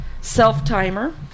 Self-timer